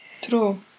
true